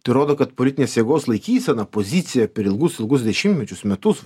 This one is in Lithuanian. tai rodo kad politinės jėgos laikysena pozicija per ilgus ilgus dešimtmečius metus va